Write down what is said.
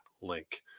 link